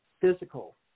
physical